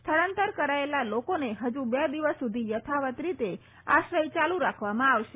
સ્થળાંતર કરાયેલા લોકોને હજુ બે દિવસ સુધી યથાવત રીતે આશ્રય ચાલુ રાખવામાં આવશે